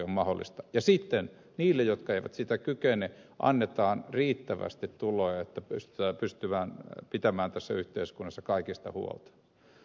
ja sitten niille jotka eivät siihen kykene annetaan riittävästi tuloja että pystytään pitämään tässä yhteiskunnassa kaikista huolta